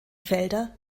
felder